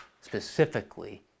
specifically